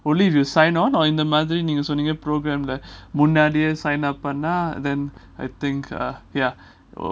only the sign on or நான் இந்த மாதிரி நீங்க சொன்னேங்க:nan indha madhiri neenga sonnenga program ல முன்னாடியே:la munnadie sign up பண்ணா:panna then I think uh ya uh